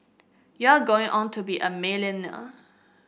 you're going on to be a